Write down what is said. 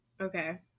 Okay